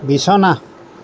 বিচনা